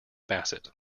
bassett